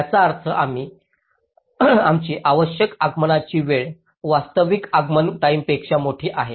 याचा अर्थ आमची आवश्यक आगमनाची वेळ वास्तविक आगमन टाईमपेक्षा मोठी आहे